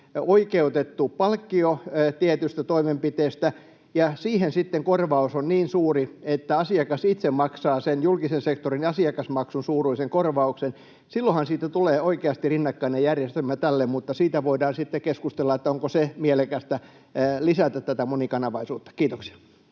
oikeutettu palkkio tietystä toimenpiteestä, ja jossa siihen korvaus on niin suuri, että asiakas itse maksaa sen julkisen sektorin asiakasmaksun suuruisen korvauksen, niin silloinhan siitä tulee oikeasti rinnakkainen järjestelmä tälle, mutta siitä voidaan sitten keskustella, että onko mielekästä lisätä tätä monikanavaisuutta. — Kiitoksia.